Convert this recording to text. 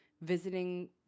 visiting